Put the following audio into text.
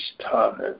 time